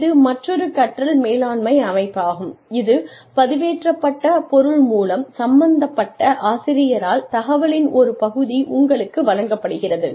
இது மற்றொரு கற்றல் மேலாண்மை அமைப்பாகும் இது பதிவேற்றப்பட்ட பொருள் மூலம் சம்பந்தப்பட்ட ஆசிரியரால் தகவலின் ஒரு பகுதி உங்களுக்கு வழங்கப்படுகிறது